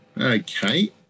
okay